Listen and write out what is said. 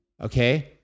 okay